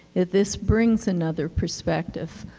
that this brings another perspective.